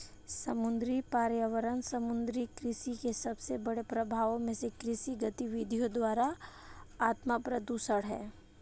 समुद्री पर्यावरण समुद्री कृषि के सबसे बड़े प्रभावों में से कृषि गतिविधियों द्वारा आत्मप्रदूषण है